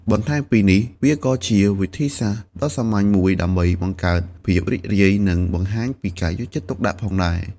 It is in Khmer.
បន្ថែមពីនេះ វាក៏ជាវិធីសាស្ត្រដ៏សាមញ្ញមួយដើម្បីបង្កើតភាពរីករាយ និងបង្ហាញពីការយកចិត្តទុកដាក់ផងដែរ។